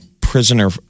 prisoner